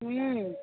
हूँ